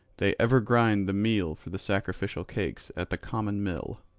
they ever grind the meal for the sacrificial cakes at the common mill.